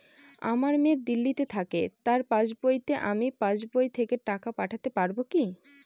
আমার মেয়ে দিল্লীতে থাকে তার পাসবইতে আমি পাসবই থেকে টাকা পাঠাতে পারব কি?